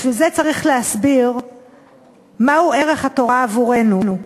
בשביל זה צריך להסביר מהו ערך התורה עבורנו,